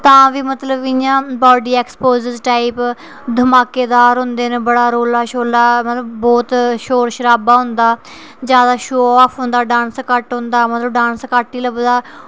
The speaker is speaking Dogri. तां बी मतलब इ'यां बाडी एक्सपोसेस टाइप धमाकेदार होंदे न बड़ा रौला शौला मतलब बहत शोर शराबा होंदा ज्यादा शो आफ होंदा डांस घट्ट होंदा मतलब डांस घट्ट ही लभदा